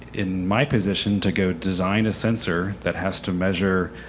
in my position, to go design a sensor that has to measure